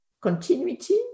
continuity